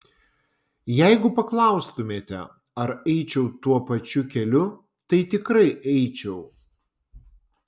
jeigu paklaustumėte ar eičiau tuo pačiu keliu tai tikrai eičiau